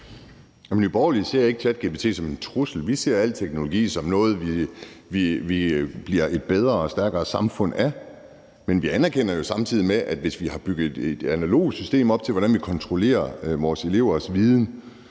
Nye Borgerlige ser ikke ChatGPT som en trussel, vi ser al teknologi som noget, vi bliver et bedre og stærkere samfund af. Men vi anerkender samtidig, at hvis vi har bygget et analogt system op til, hvordan vi kontrollerer vores elevers viden,